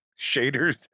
shaders